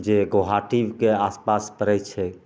जे गोहाटीके आस पास पड़ैत छै